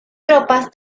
tropas